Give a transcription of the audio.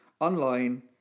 online